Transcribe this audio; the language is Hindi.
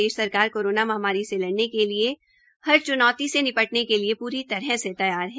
प्रदेश सरकार कोरोना महामारी से लडऩे के लिए हर च्नौती से निपटने के लिए प्री तरह से तैयार है